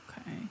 Okay